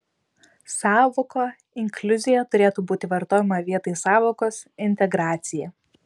sąvoka inkliuzija turėtų būti vartojama vietoj sąvokos integracija